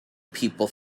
people